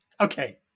Okay